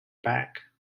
back